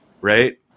right